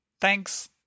thanks